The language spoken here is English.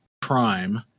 prime